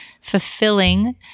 fulfilling